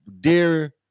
dear